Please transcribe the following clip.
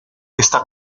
está